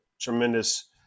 tremendous